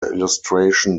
illustration